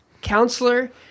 counselor